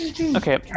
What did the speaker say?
Okay